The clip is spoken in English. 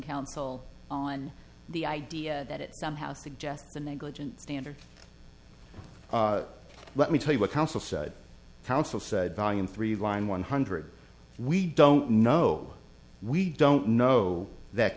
counsel on the idea that it somehow suggests the negligent standard let me tell you what counsel said counsel said by him three line one hundred we don't know we don't know that